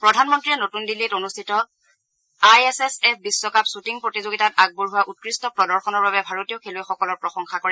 প্ৰধানমন্ত্ৰীয়ে নতুন দিল্লীত অনুষ্ঠিত আই এছ এছ এফ বিশ্বকাপ যুটিং প্ৰতিযোগিতাত আগবঢ়োৱা উৎকৃষ্ট প্ৰদৰ্শনৰ বাবে ভাৰতীয় খেলুৱৈসকলৰ প্ৰসংশা কৰে